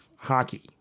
hockey